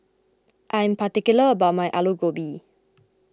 I am particular about my Aloo Gobi